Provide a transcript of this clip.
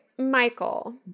Michael